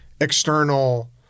external